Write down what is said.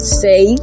say